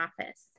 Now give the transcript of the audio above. office